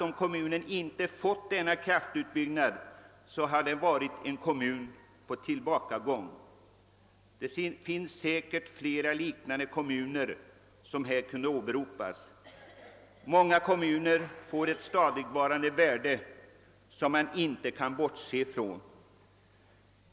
Om kommunen inte hade fått denna kraftutbyggnad, hade det varit en kommun på tillbakagång. Det finns säkerligen flera liknande kommuner som här kunde åberopas. Många kommuner får ett stadigvarande värde som man inte kan bortse ifrån.